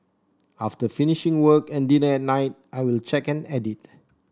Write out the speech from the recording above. after finishing work and dinner at night I will check and edit